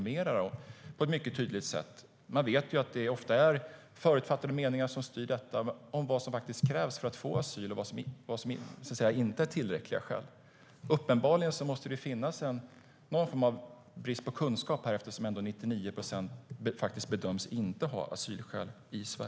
Man vet att det ofta finns förutfattade meningar om vad som faktiskt krävs för att få asyl och vad som inte är tillräckliga skäl. Uppenbarligen finns det en brist på kunskap eftersom 99 procent i Sverige inte bedöms ha asylskäl.